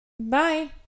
Bye